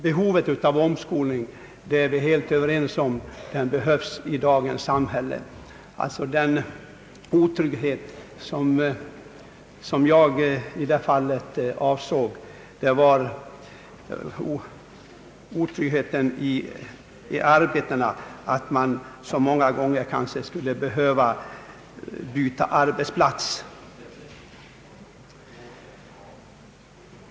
Behovet av omskolning är vi alla överens om — sådan behövs i dagens samhälle. Den otrygghet som jag i det fallet avsåg var otryggheten i arbetet, att man kanske skulle behöva byta arbetsplats många gånger.